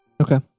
Okay